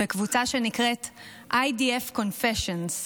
בקבוצה שנקראת IDF Confessions: